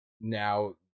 now